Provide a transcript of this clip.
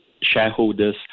shareholders